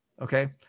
Okay